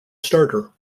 starter